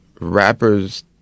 rappers